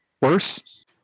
Worse